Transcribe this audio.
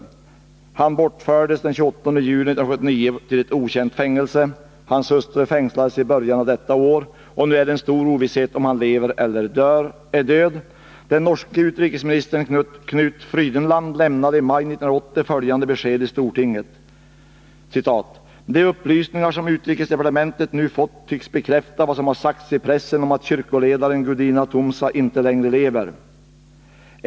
Tumsa bortfördes den 28 juli 1979 till okänt fängelse. Hans hustru fängslades i början av detta år. Ovissheten är nu stor om huruvida han lever eller är död. Den norske utrikesministern Knut Frydenland lämnade i maj 1980 följande besked i stortinget: De upplysningar som utrikesdepartementet nu fått tycks bekräfta vad som har sagts i pressen om att kyrkoledaren Gudina Tumsa inte längre lever.